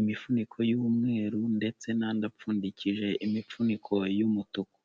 imifuniko y'umweru ndetse nandi apfundikije imifuniko y'umutuku.